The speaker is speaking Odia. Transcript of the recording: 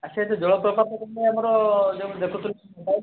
ସେଠି ଜଳପ୍ରପାତ ତ ଆମର ଯେଉଁ ମୁଁ ଦେଖୁଥିଲି